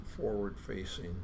forward-facing